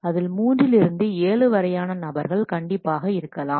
அதில் மூன்றில் இருந்து 7 வரையான நபர்கள் கண்டிப்பாக இருக்கலாம்